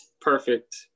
perfect